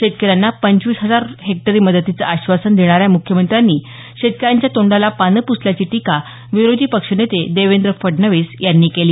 शेतकऱ्यांना पंचवीस हजार रुपये हेक्टरी मदतीचं आश्वासन देणाऱ्या म्ख्यमंत्र्यांनी शेतकऱ्यांच्या तोंडाला पानं प्सल्याची टीका विरोधी पक्षनेते देवेंद्र फडणवीस यांनी केली